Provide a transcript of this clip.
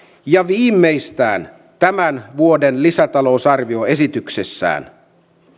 ja viimeistään tämän vuoden lisätalousarvioesityksissään